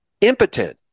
impotent